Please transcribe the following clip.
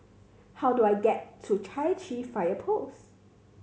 how do I get to Chai Chee Fire Post